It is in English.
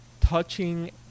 touching